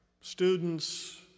students